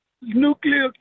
Nuclear